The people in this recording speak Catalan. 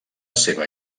seva